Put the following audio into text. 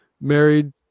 married